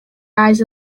eyes